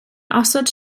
osod